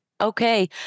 okay